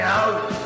out